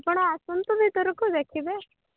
ଆପଣ ଆସନ୍ତୁ ଭିତରକୁ ଦେଖିବେ